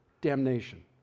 damnation